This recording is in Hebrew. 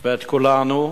ואת כולנו.